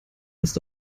ist